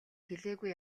хэлээгүй